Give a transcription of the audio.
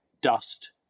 dust